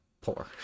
poor